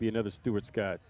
you know the stewards got